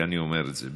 שאני אומר את זה.